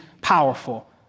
powerful